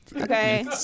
Okay